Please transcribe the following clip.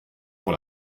pour